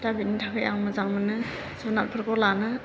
दा बेनि थाखाय आं मोजां मोनो जुनादफोरखौ लानो